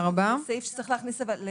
לא, אבל זה מונח שצריך להכניס להגדרות.